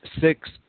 six